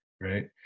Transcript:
right